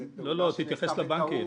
לא, תתייחס לבנקים